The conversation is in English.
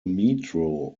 metro